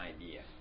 idea